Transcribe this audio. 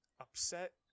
upset